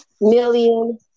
million